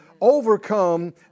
overcome